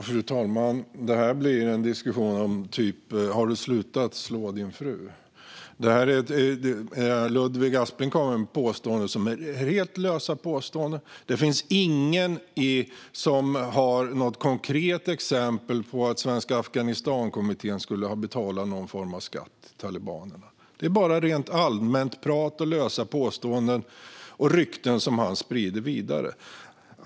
Fru talman! Detta blir en diskussion av typen "Har du slutat slå din fru?". Ludvig Aspling kommer med helt lösa påståenden. Det finns ingen som har ett konkret exempel på att Svenska Afghanistankommittén skulle ha betalat någon form av skatt till talibanerna. Det är bara allmänt prat, lösa påståenden och rykten som han sprider vidare.